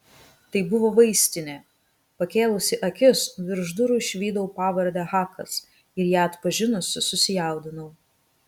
tai buvo vaistinė pakėlusi akis virš durų išvydau pavardę hakas ir ją atpažinusi susijaudinau